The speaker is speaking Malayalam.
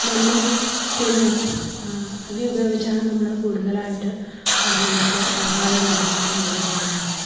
നെല്ലും തെങ്ങും അവ ഉപയോഗിച്ചാണ് നമ്മൾ കൂടുതലായിട്ട് നമുക്ക് ആദായം ഉണ്ടാകുന്ന വിളകൾ എന്ന് പറയുന്നത്